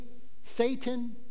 Satan